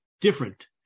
different